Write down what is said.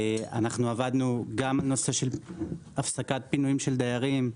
עבדנו גם בנושא של הפסקת פינויים של דיירים,